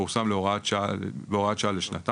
פורסם בהוראת שעה לשנתיים